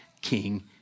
king